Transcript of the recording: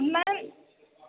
ma'am